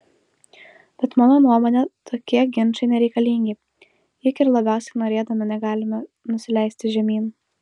bet mano nuomone tokie ginčai nereikalingi juk ir labiausiai norėdami negalime nusileisti žemyn